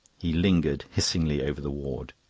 he lingered hissingly over the word.